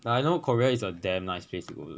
but I know korea is damn nice place go to